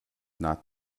not